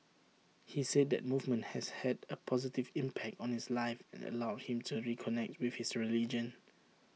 he said the movement has had A positive impact on his life and allowed him to reconnect with his religion